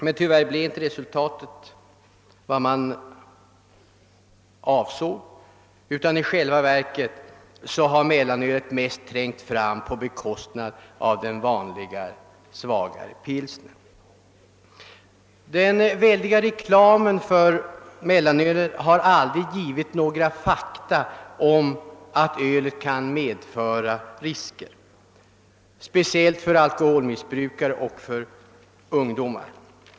Men tyvärr blev inte resultatet vad man avsåg. I själva verket har mellanölet trängt fram på bekostnad av den vanliga, svagare pilsnern. Den väldiga reklamen för mellanölet har aldrig givit några fakta om att öl kan medföra risker, speciellt för alkoholmissbrukare och för ungdom.